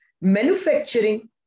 Manufacturing